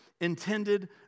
intended